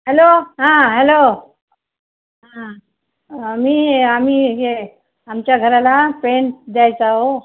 hello हां hello हां मी आम्ही हे आमच्या घराला पेंट द्यायचा ओ